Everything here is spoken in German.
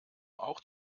auch